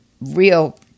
real